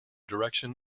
direction